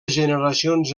generacions